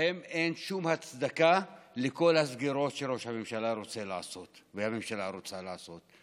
אין שום הצדקה לכל הסגירות שראש הממשלה רוצה לעשות ושהממשלה רוצה לעשות.